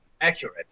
accurate